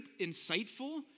insightful